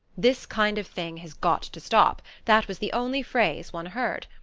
this kind of thing has got to stop that was the only phase one heard.